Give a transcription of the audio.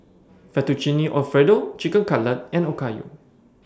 Fettuccine Alfredo Chicken Cutlet and Okayu